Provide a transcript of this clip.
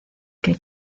que